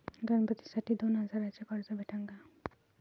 गणपतीसाठी दोन हजाराचे कर्ज भेटन का?